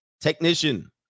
technician